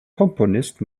komponist